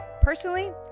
Personally